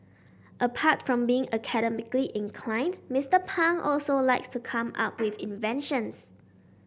apart from being academically inclined Mister Pang also likes to come up with inventions